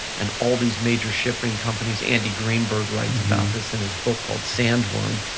and all these major shipping companies, andy greenberg writes about this in his book called sandworm.